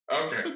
Okay